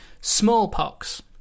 smallpox